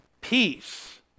peace